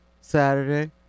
Saturday